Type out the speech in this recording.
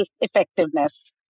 effectiveness